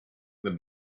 their